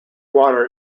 water